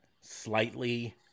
slightly